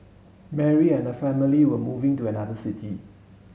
Mary and family were moving to another city